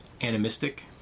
animistic